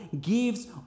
gives